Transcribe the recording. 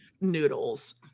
noodles